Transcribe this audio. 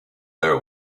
their